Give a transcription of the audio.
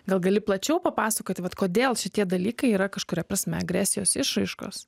gal gali plačiau papasakoti vat kodėl šitie dalykai yra kažkuria prasme agresijos išraiškos